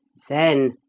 then,